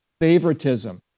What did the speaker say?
favoritism